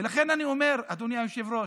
ולכן אני אומר, אדוני היושב-ראש,